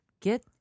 get